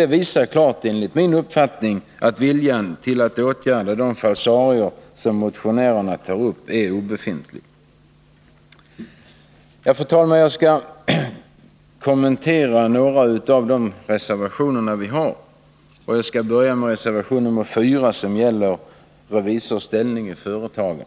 Det visar enligt min uppfattning klart att viljan att åtgärda de falsarier som motionärerna tar upp är obefintlig. Fru talman! Jag skall kommentera några av våra reservationer. Jag skall börja med reservation 4, som gäller revisorns ställning i företagen.